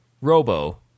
Robo